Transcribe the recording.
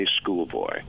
schoolboy